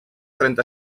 trenta